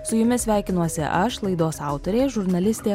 su jumis sveikinuosi aš laidos autorė žurnalistė